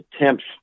attempts